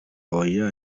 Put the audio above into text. oya